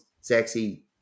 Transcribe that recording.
sexy